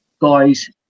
Guys